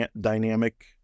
dynamic